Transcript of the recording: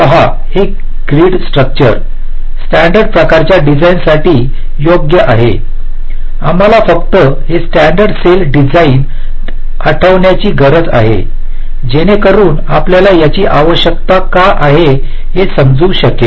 पहा हे grid structure standard प्रकारच्या डिझाइनसाठी योग्य आहे आम्हाला फक्त हे स्टॅण्डर्ड सेल डिझाईन आठवण्याची गरज आहे जेणेकरून आपल्याला याची आवश्यकता का आहे हे समजू शकेल